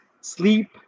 sleep